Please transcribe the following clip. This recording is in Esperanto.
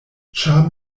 ĉar